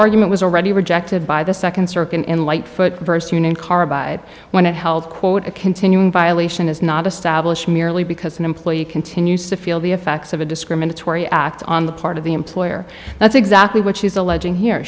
argument was already rejected by the second circuit in lightfoot versus union carbide when it held quote a continuing violation is not a stablish merely because an employee continues to feel the effects of a discriminatory act on the part of the employer that's exactly what she's alleging here